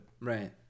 Right